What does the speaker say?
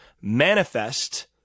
Manifest